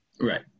Right